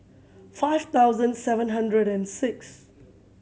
five thousand seven hundred and six